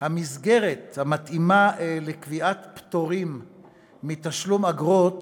המסגרת המתאימה לקביעת פטורים מתשלום אגרות